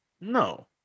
No